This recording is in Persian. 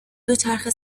دوچرخه